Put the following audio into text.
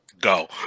go